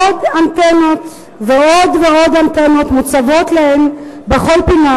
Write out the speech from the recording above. עוד אנטנות ועוד ועוד אנטנות מוצבות להן בכל פינה,